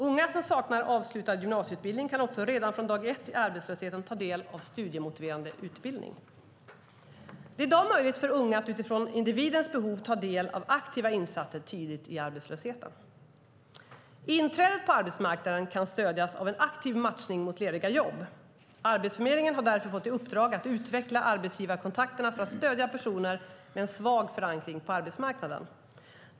Unga som saknar avslutad gymnasieutbildning kan också redan från dag ett i arbetslösheten ta del av studiemotiverande utbildning. Det är i dag möjligt för unga att utifrån individens behov ta del av aktiva insatser tidigt i arbetslösheten. Inträdet på arbetsmarknaden kan stödjas av en aktiv matchning mot lediga jobb. Arbetsförmedlingen har därför fått i uppdrag att utveckla arbetsgivarkontakterna för att stödja personer med en svag förankring på arbetsmarknaden.